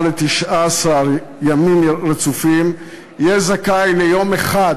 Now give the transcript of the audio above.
ל-19 ימים רצופים יהיה זכאי ליום אחד